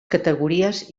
categories